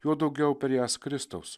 juo daugiau per jas kristaus